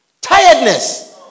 Tiredness